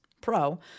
pro